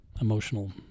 emotional